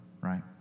right